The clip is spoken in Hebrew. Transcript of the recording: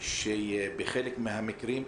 שבחלק מהמקרים,